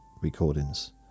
recordings